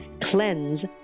CLEANSE